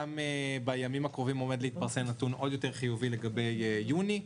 בימים הקרובים עומד להתפרסם נתון עוד יותר חיובי לגבי יוני.